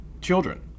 children